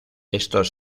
estos